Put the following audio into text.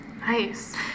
Nice